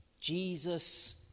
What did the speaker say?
Jesus